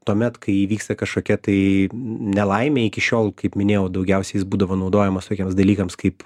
tuomet kai įvyksta kažkokia tai nelaimė iki šiol kaip minėjau daugiausiai jis būdavo naudojamas tokiems dalykams kaip